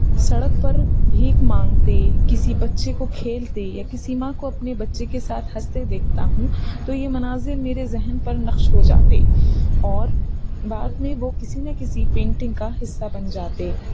سڑک پر بھیک مانگتے کسی بچے کو کھیلتے یا کسی ماں کو اپنے بچے کے ساتھ ہنستے دیکھتا ہوں تو یہ مناظر میرے ذہن پر نقش ہو جاتے اور بعد میں وہ کسی نہ کسی پینٹنگ کا حصہ بن جاتے